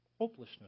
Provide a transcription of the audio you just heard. Hopelessness